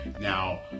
now